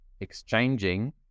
exchanging